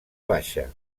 baixa